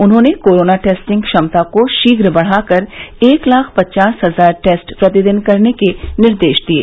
उन्होंने corona testing क्षमता को शीघ्र बढ़ाकर एक लाख पचास हजार टेस्ट प्रतिदिन करने के निर्देश दिये